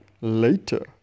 Later